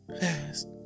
fast